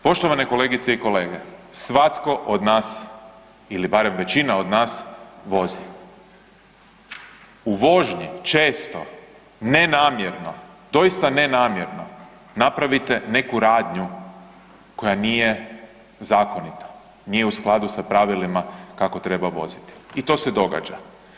Poštovane kolegice i kolege, svatko od nas ili barem većina od nas vozi, u vožnji često nenamjerno, doista nenamjerno napravite neku radnju koja nije zakonita, nije u skladu sa pravilima kako treba voziti i to se događa.